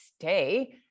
stay